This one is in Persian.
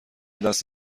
دست